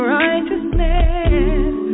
righteousness